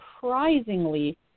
surprisingly